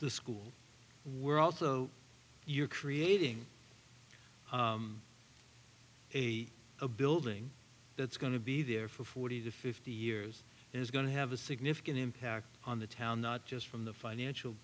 the school we're also you're creating a a building that's going to be there for forty to fifty years is going to have a significant impact on the town not just from the financial